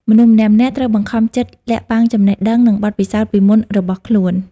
មនុស្សម្នាក់ៗត្រូវបង្ខំចិត្តលាក់បាំងចំណេះដឹង និងបទពិសោធន៍ពីមុនរបស់ខ្លួន។